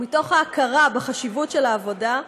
מתוך ההכרה בחשיבות העבודה.